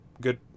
good